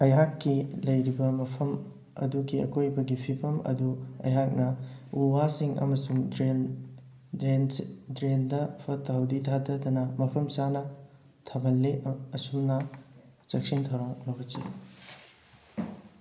ꯑꯩꯍꯥꯛꯀꯤ ꯂꯩꯔꯤꯕ ꯃꯐꯝ ꯑꯗꯨꯒꯤ ꯑꯀꯣꯏꯕꯒꯤ ꯐꯤꯕꯝ ꯑꯗꯨ ꯑꯩꯍꯥꯛꯅ ꯎ ꯋꯥꯁꯤꯡ ꯑꯃꯁꯨꯡ ꯗ꯭ꯔꯦꯟ ꯗ꯭ꯔꯦꯟ ꯗ꯭ꯔꯦꯟꯗ ꯐꯠꯇ ꯍꯥꯎꯊꯤ ꯊꯥꯗꯗꯅ ꯃꯐꯝ ꯆꯥꯅ ꯊꯝꯍꯜꯂꯤ ꯑꯁꯨꯝꯅ ꯆꯦꯛꯁꯤꯟ ꯊꯧꯔꯥꯡ ꯂꯩꯈꯠꯆꯩ